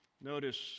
Notice